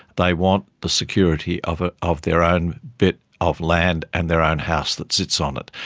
they want the security of ah of their own bit of land and their own house that sits on it,